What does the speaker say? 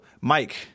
Mike